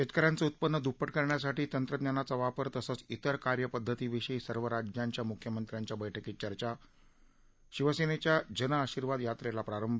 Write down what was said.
शेतक यांचं उत्पन्न दृप्पट करण्यासाठी तंत्रज्ञानाचा वापर तसंच त्रेर कार्यपद्धतींविषयी सर्व राज्यांच्या मुख्यमंत्र्यांच्या बैठकीत चर्चा शिवसेनेच्या जन आशीर्वाद यात्रेला प्रारंभ